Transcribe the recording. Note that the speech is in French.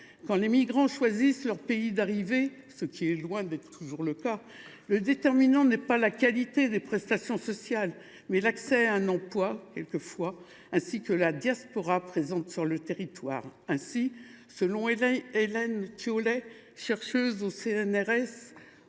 Quand les migrants choisissent leur pays d’arrivée, ce qui est loin d’être toujours le cas, le déterminant est non pas la qualité des prestations sociales, mais l’accès à un emploi ainsi que la présence d’une diaspora sur le territoire. Ainsi, selon Hélène Thiollet, chercheuse au CNRS